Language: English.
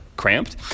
cramped